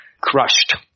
crushed